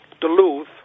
Duluth